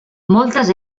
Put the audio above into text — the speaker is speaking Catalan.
moltes